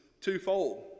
twofold